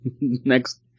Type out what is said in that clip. next